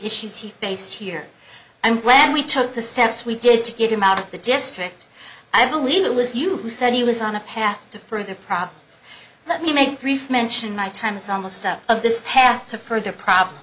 issues he faced here i'm glad we took the steps we did to get him out of the district i believe it was you who said he was on a path to further problems let me make brief mention my time is almost up of this path to further problem